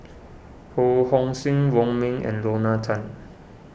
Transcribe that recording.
Ho Hong Sing Wong Ming and Lorna Tan